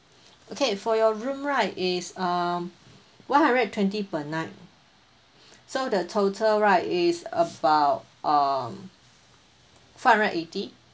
okay for your room right is um one hundred and twenty per night so the total right is about um five hundred and eighty